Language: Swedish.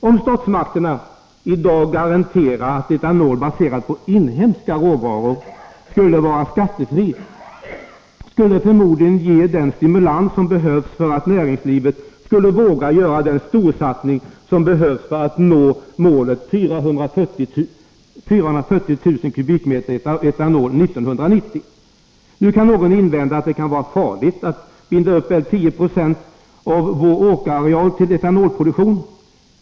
Om statsmakterna i dag garanterade att etanol, baserad på inhemska råvaror, skulle vara skattefri, skulle det förmodligen ge den stimulans som behövs för att näringslivet skulle våga göra den storsatsning som behövs för att nå målet 440 000 m? etanol år 1990. Nu kan någon invända att det kan vara farligt att binda upp väl 10 96 av vår åkerareal till etanolproduktion.